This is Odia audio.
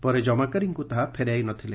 ପରେ ଜମାକାରୀଙ୍କୁ ତାହା ଫେରାଇ ନଥିଲେ